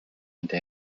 anti